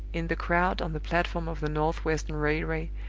in the crowd on the platform of the north-western railway,